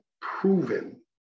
proven